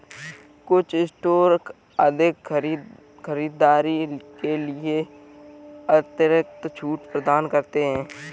कुछ स्टोर अधिक खरीदारी के लिए अतिरिक्त छूट प्रदान करते हैं